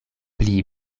pli